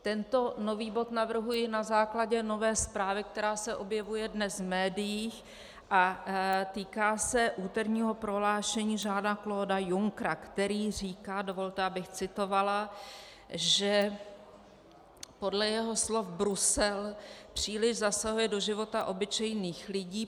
Tento nový bod navrhuji na základě nové zprávy, která se objevuje dnes v médiích a týká se úterního prohlášení JeanaClauda Junckera, který říká dovolte, abych citovala , že podle jeho slov Brusel příliš zasahuje do života obyčejných lidí.